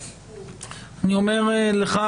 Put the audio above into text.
אני אומר לך,